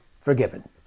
forgiven